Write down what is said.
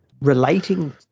relating